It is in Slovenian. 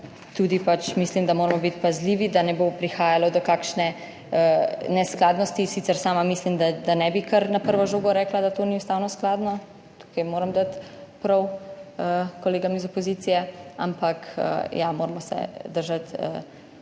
tudi mislim, da moramo biti pazljivi, da ne bo prihajalo do kakšne neskladnosti. Sicer sama mislim, da ne bi kar na prvo žogo rekla, da to ni ustavno skladno, tukaj moram dati prav kolegom iz opozicije. Ampak, ja, moramo se držati čim